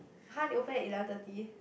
!huh! it open at eleven thirty